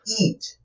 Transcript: eat